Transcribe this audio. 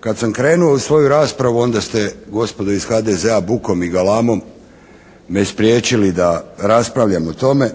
Kad sam krenuo u svoju raspravu onda ste gospodo iz HDZ-a bukom i galamom me spriječili da raspravljam o tome.